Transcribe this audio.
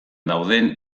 dauden